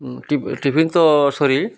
tiffin ତ ସରି